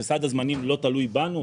כשסד הזמנים לא תלוי בנו,